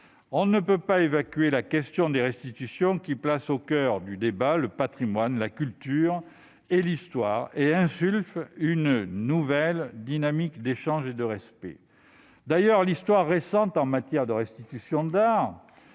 On ne peut pas évacuer la question des restitutions, qui met au coeur du débat le patrimoine, la culture et l'histoire et qui insuffle une nouvelle dynamique d'échanges et de respect. D'ailleurs, l'histoire récente en matière de restitution d'oeuvres